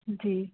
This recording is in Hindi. जी